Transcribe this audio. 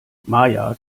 maja